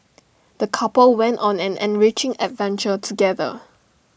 the couple went on an enriching adventure together